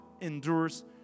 endures